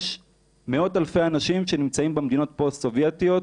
יש מאות אלפי אנשים שנמצאים במדינות הסובייטיות,